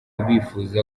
bifuza